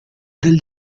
del